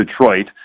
Detroit